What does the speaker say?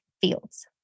fields